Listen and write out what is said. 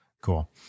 Cool